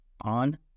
on